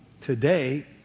today